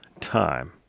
time